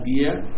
idea